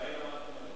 פאינה, מה את אומרת?